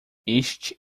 este